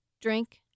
drink